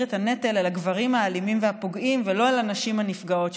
את הנטל אל הגברים האלימים והפוגעים ולא אל הנשים הנפגעות,